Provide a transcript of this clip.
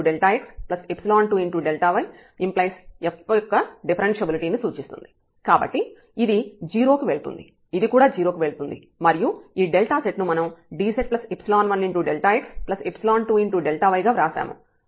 ⟹Δzdz1Δx2Δy ⟹f యెక్క డిఫరెన్ష్యబిలిటీ కాబట్టి ఇది 0 కి వెళ్తుంది ఇది కూడా 0 కి వెళ్తుంది మరియు ఈ Δz ను మనం dz1Δx2Δyగా వ్రాశాము